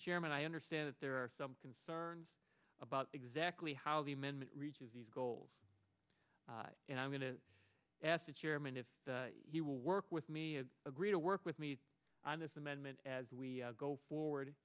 chairman i understand that there are some concerns about exactly how the amendment reaches these goals and i'm going to ask the chairman if he will work with me and agree to work with me on this amendment as we go forward